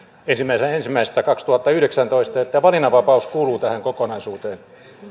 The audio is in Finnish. ensimmäinen ensimmäistä kaksituhattayhdeksäntoista ja että valinnanvapaus kuuluu tähän kokonaisuuteen